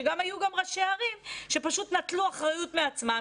גם היו ראשי ערים שפשוט נטלו אחריות מעצמם,